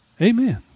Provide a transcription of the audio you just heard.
Amen